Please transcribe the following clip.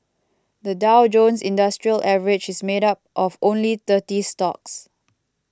the Dow Jones Industrial Average is made up of only thirty stocks